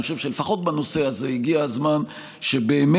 אני חושב שלפחות בנושא הזה הגיע הזמן שבאמת